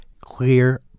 clear